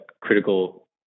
critical